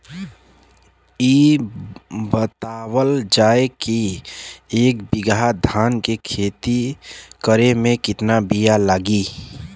इ बतावल जाए के एक बिघा धान के खेती करेमे कितना बिया लागि?